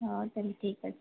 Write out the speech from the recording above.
ହଁ ତା'ହେଲେ ଠିକ୍ ଅଛି